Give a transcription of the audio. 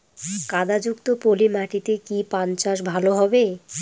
কাদা যুক্ত পলি মাটিতে কি পান চাষ ভালো হবে?